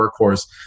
workhorse